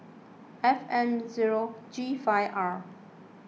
F M zero G five R